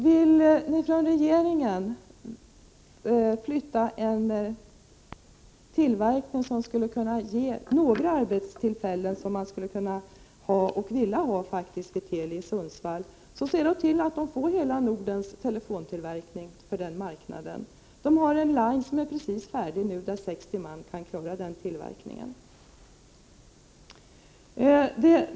Vill ni från regeringen flytta en tillverkning som skulle kunna ge några arbetstillfällen, som man faktiskt gärna skulle vilja ha, till Teli i Sundsvall, så se till att Teli får hela Nordens telefontillverkning! Man har en line som är precis färdig nu, där 60 man kan klara den tillverkningen.